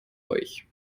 euch